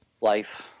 life